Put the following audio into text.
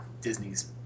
Disney's